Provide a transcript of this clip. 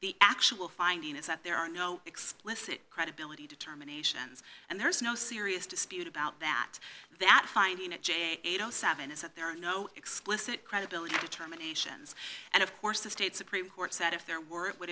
the actual finding is that there are no explicit credibility determinations and there's no serious dispute about that that finding a j eight hundred and seven is that there are no explicit credibility determinations and of course the state supreme court said if there weren't would